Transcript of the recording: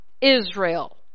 Israel